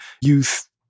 youth